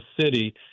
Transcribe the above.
city